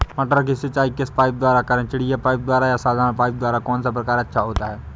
मटर की सिंचाई किस पाइप द्वारा करें चिड़िया पाइप द्वारा या साधारण पाइप द्वारा कौन सा प्रकार अच्छा होता है?